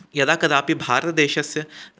यदा कदापि भारतदेशस्य